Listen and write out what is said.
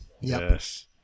Yes